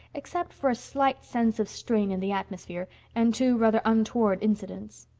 except for a slight sense of strain in the atmosphere and two rather untoward incidents.